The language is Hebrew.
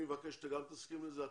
אני מבקש שאתה גם תסכים על זה.